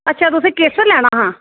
अच्छा तुसें केसर लैना हा